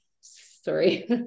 sorry